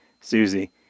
Susie